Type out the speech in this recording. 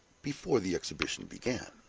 before the exhibition began.